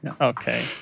Okay